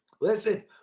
Listen